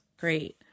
Great